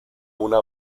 una